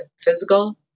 physical